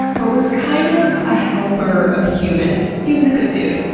but was kind of a helper of humans. he was a good dude.